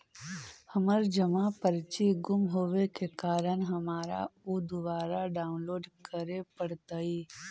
हमर जमा पर्ची गुम होवे के कारण हमारा ऊ दुबारा डाउनलोड करे पड़तई